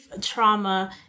trauma